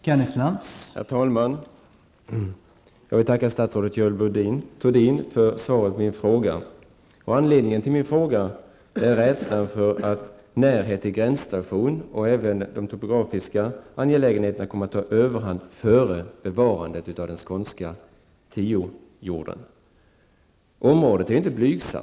Herr talman! Jag vill tacka statsrådet Görel Thurdin för svaret på min fråga. Anledningen till min fråga är den rädsla som finns för att närheten till gränsstationen och även de topografiska angelägenheterna kommer att ta överhand i stället för bevarandet av den skånska 10-jorden. Storleken på området är ju inte blygsam.